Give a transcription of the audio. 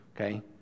okay